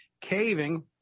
caving